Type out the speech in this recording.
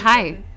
Hi